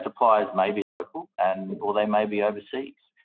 suppliers may be local and or they may be overseas.